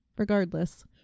Regardless